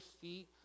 feet